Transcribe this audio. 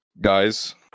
guys